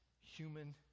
human